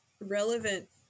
relevant